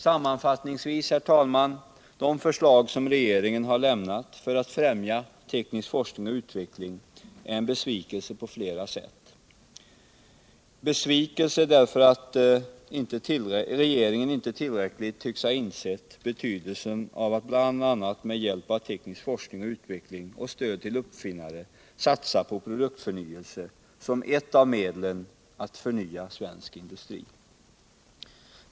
Sammanfattningsvis, herr talman, vill jag säga att de förslag som regeringen har lämnat för att främja teknisk forskning och utveckling är en besvikelse på flera sätt: Besvikelse därför att regeringen inte tillräckligt tycks ha insett betydelsen av att bl.a. med hjälp av teknisk forskning och utveckling samt stöd till uppfinnare satsa på produktförnyelse som ett av medlen att förnya svensk industri.